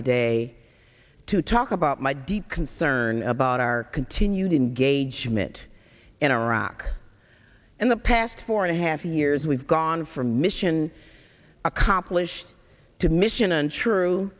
today to talk about my deep concern about our continued engagement in iraq and the past four and a half years we've gone from mission accomplished to mission untrue